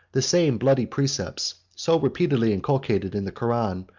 the same bloody precepts, so repeatedly inculcated in the koran,